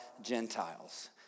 Gentiles